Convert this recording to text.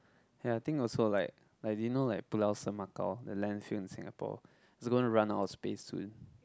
ya I think also like like do you know like Pulau Semakau the landfill in Singapore is gonna run out of space soon